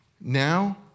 now